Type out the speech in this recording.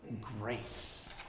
grace